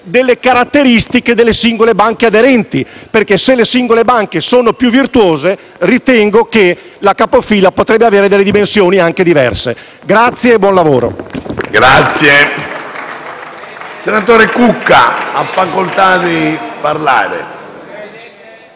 delle caratteristiche delle singole banche aderenti: infatti, se le singole banche sono più virtuose, ritengo che la capofila potrebbe avere anche dimensioni diverse. *(Applausi dal